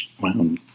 wow